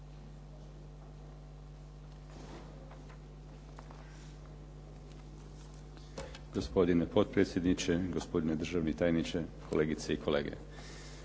hvala vam.